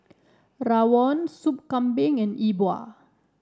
Rawon Sup Kambing and E Bua